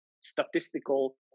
Statistical